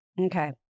Okay